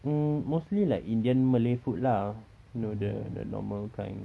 um mostly like indian malay food lah know the the normal kind